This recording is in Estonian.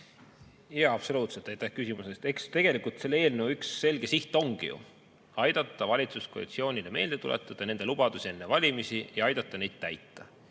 Jaa, absoluutselt. Aitäh küsimuse eest! Tegelikult üks selle eelnõu selge siht ongi aidata valitsuskoalitsioonile meelde tuletada nende lubadusi enne valimisi ja aidata neid täita.